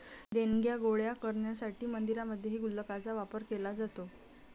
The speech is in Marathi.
देणग्या गोळा करण्यासाठी मंदिरांमध्येही गुल्लकांचा वापर केला जातो